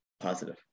positive